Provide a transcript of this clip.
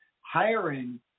hiring